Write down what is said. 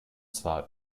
zwar